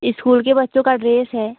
school के बच्चों का ड्रेस है